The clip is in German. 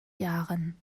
jahren